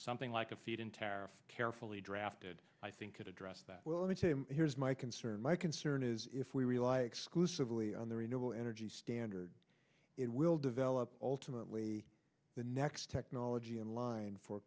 something like a feed in tariff carefully drafted i think could address that well here's my concern my concern is if we rely exclusively on the renewable energy standard it will develop ultimately the next technology in line for